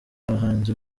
abahanzi